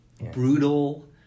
brutal